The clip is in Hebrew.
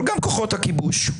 אבל גם כוחות הכיבוש.